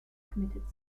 committed